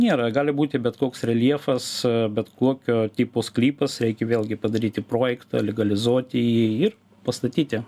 niera gali būti bet koks reljefas bet kokio tipo sklypas reikia vėlgi padaryti projektą legalizuoti jį ir pastatyti